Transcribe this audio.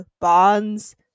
bonds